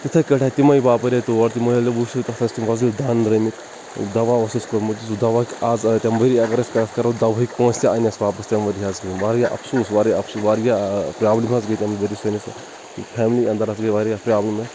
تِتھَے کٲٹھۍ تِمَے باپٲرۍ آے تور تِمو ییٚلہِ وُچھ تتھ ٲسۍ تِم وۄزٕلۍ دانہٕ درامٕتۍ دوا اوسُس کوٚرمُت زٕ دوا اَز آے تمہِ ؤرۍ یہِ اَگر اَسہِ کَتھ کَرُو دۄہٕکۍ پونٛسہٕ تہِ آے نہٕ اَسہِ واپَس تمہِ ؤرۍ یہِ حظ کِہیٖنۍ واریاہ اَفسُوس واریاہ افسُوس واریاہ پرابلِم حظ گٔے تمہِ ؤرۍ یہِ سٲنِس فیملِی اَنٛدَر حظ گٔے واریاہ پرابلِم اسہِ